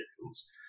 vehicles